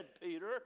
Peter